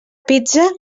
pizza